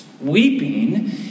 weeping